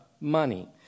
money